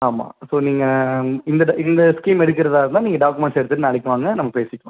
ஆமாம் ஸோ நீங்கள் இந்த ட இந்த ஸ்கீம் எடுக்குறதா இருந்தால் நீங்கள் டாக்குமெண்ட்ஸ் எடுத்துட்டு நாளைக்கு வாங்க நம்ம பேசிக்கலாம்